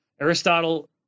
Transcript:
Aristotle